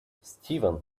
steven